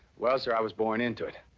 well, sir, i was born into it.